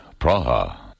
Praha